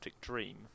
Dream